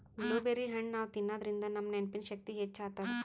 blueberry ಹಣ್ಣ್ ನಾವ್ ತಿನ್ನಾದ್ರಿನ್ದ ನಮ್ ನೆನ್ಪಿನ್ ಶಕ್ತಿ ಹೆಚ್ಚ್ ಆತದ್